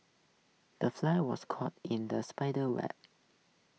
the fly was caught in the spider's web